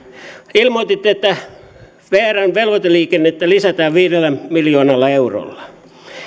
ilmoititte että vrn velvoiteliikennettä lisätään viidellä miljoonalla eurolla